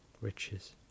Riches